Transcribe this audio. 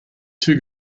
two